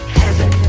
heaven